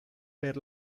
per